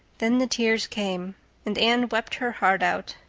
then the tears came and anne wept her heart out.